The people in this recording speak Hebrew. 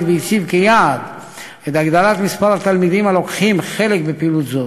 והציב כיעד את הגדלת מספר התלמידים הלוקחים חלק בפעילות זו.